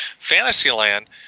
Fantasyland